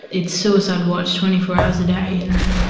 it's suicide watch twenty four hours a day in there.